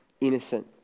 innocent